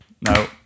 No